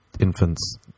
infants